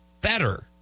better